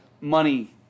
money